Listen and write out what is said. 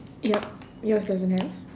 yup yours doesn't have